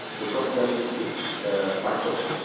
to cross that distance by foot.